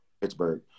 Pittsburgh